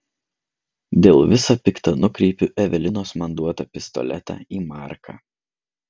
dėl visa pikta nukreipiu evelinos man duotą pistoletą į marką